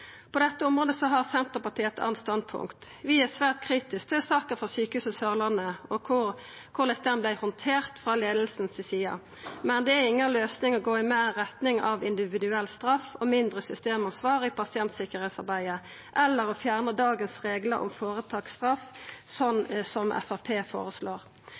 På dette området har Senterpartiet eit anna stanspunkt. Vi er svært kritiske til saka frå Sørlandet sjukehus og korleis ho vart handtert av leiinga, men det er inga løysing å gå meir i retning av individuell straff og mindre systemansvar i pasientsikkerheitsarbeidet eller å fjerna dagens reglar om føretaksstraff, slik Framstegspartiet føreslår.